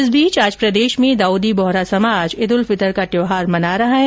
इस बीच आज प्रदेश में दाउदी बोहरा समाज ईद उल फितर का त्यौहार मना रहा है